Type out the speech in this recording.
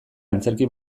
antzerki